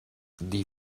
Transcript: die